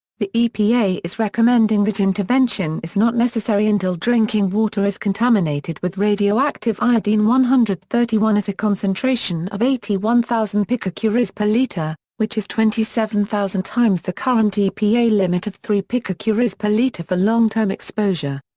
the epa is recommending that intervention is not necessary until drinking water is contaminated with radioactive iodine one hundred and thirty one at a concentration of eighty one thousand picocuries per liter, which is twenty seven thousand times the current epa limit of three picocuries per liter for long term exposure.